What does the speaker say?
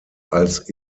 als